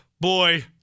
boy